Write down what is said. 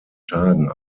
tagen